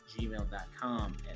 gmail.com